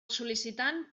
sol·licitant